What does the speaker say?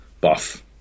buff